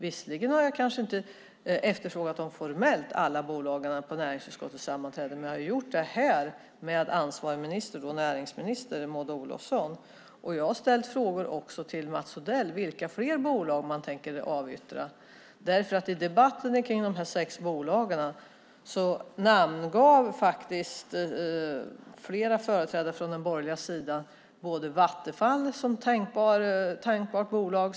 Visserligen har jag kanske inte efterfrågat dem formellt för alla bolagen vid näringsutskottets sammanträdanden, men jag har gjort det här med ansvarig minister, näringsminister Maud Olofsson. Jag har ställt frågor också till Mats Odell om vilka fler bolag man tänker avyttra. I debatten om de här sex bolagen namngav faktiskt flera företrädare från den borgerliga sidan Vattenfall som tänkbart bolag.